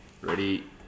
Ready